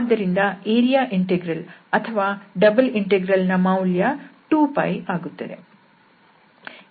ಆದ್ದರಿಂದ area integral ಅಥವಾ double ಇಂಟೆಗ್ರಲ್ನ ಮೌಲ್ಯ 2 ಆಗುತ್ತದೆ